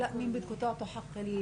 כולן מבינות עברית טוב.